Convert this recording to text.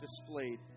displayed